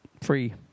free